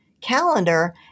calendar